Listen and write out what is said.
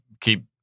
keep